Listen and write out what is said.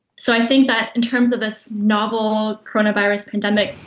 so i think that in terms of this novel coronavirus pandemic,